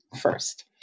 first